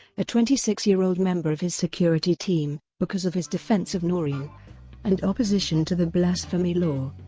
a twenty six year old member of his security team, because of his defence of noreen and opposition to the blasphemy law.